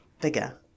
bigger